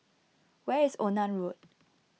where is Onan Road